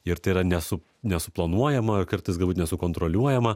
ir tai yra nesu nesuplanuojama kartais nesukontroliuojama